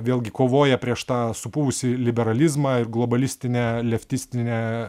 vėlgi kovoja prieš tą supuvusį liberalizmą ir globalistinę leftistinę